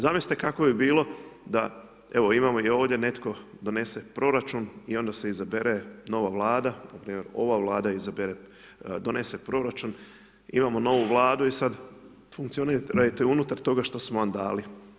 Zamislite kako bi bilo, da evo, imamo i ovdje netko donese proračun i onda se donese nova vlada, npr. ova vlada, izabere, donese proračun, imamo novu vladu i sad funkcionirajte unutar toga što su nam dali.